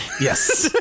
yes